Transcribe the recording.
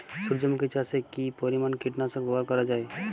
সূর্যমুখি চাষে কি পরিমান কীটনাশক ব্যবহার করা যায়?